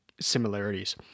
similarities